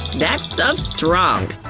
that stuff's strong.